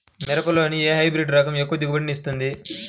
మిరపలో ఏ హైబ్రిడ్ రకం ఎక్కువ దిగుబడిని ఇస్తుంది?